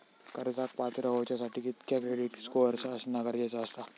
कर्जाक पात्र होवच्यासाठी कितक्या क्रेडिट स्कोअर असणा गरजेचा आसा?